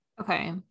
Okay